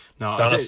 No